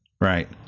Right